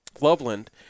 Loveland